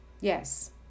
Yes